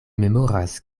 memoras